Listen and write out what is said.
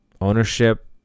ownership